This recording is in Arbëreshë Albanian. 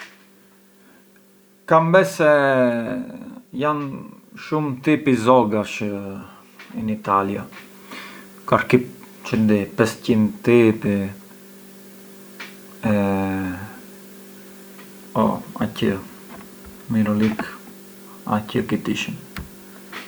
Kam bes se jan shum tipi zogash in Italia, qualchi çë di, pes qint tipi, oh aqë, ngë më vjen, aqë ki’ të ishën